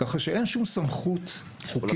ככה שאין שום סמכות חוקית,